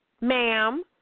Ma'am